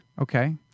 Okay